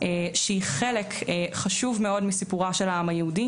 שהיא חלק חשוב מאוד מסיפורו של העם היהודי